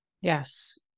Yes